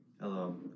hello